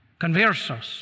conversos